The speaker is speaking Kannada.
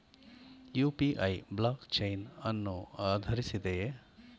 ಯು.ಪಿ.ಐ ಬ್ಲಾಕ್ ಚೈನ್ ಅನ್ನು ಆಧರಿಸಿದೆಯೇ?